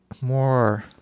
more